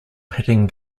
hitting